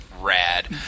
rad